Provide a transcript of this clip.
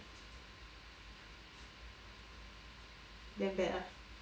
damn bad ah